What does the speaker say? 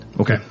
Okay